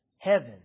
heaven